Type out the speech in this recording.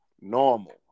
normal